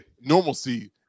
normalcy